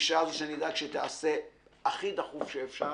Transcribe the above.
בפגישה הזו שאני אדאג שתעשה הכי דחוף שאפשר,